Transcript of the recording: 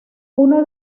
uno